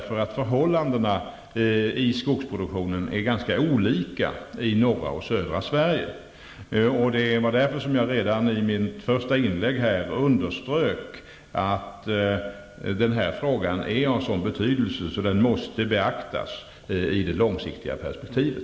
Förhållandena i skogsproduktionen är olika i norra och södra Sverige. Det var därför som jag redan i mitt första inlägg underströk att frågan är av sådan betydelse att den måste beaktas i det långsiktiga perspektivet.